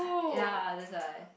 ya that's why